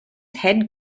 head